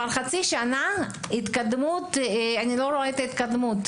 חצי שנה שאיני רואה התקדמות.